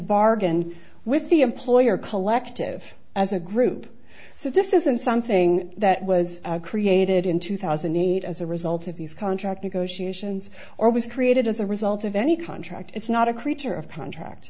bargain with the employer collective as a group so this isn't something that was created in two thousand and eight as a result of these contract negotiations or was created as a result of any contract it's not a creature of pan tract